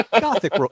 Gothic